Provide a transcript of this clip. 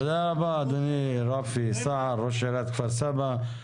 תודה רבה, אדוני רפי סער, ראש עיריית כפר סבא.